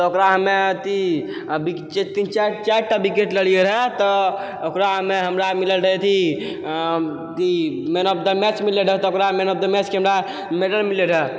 तऽ ओकरा हमे अथी तीन चारिटा चारिटा विकेट लेलियै रहै तऽ ओकरामे हमरा मिलल रहै अथी अथी मैन ऑफ द मैच मिललै रहै तऽ ओकरा मैन ऑफ द मैच के हमरा मैडल मिललै रहै